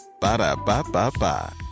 Ba-da-ba-ba-ba